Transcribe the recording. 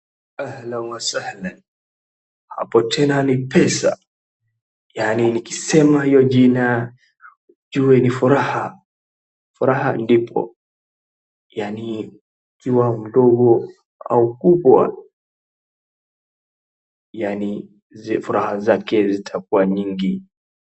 Hapo tena ni pesa, yaani nikisema hilo jina, jua ni furaha, furaha ndipo, yaani jua ndogo au kubwa yaani furaha zake zitakuwa nyingi.